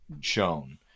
shown